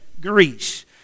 Greece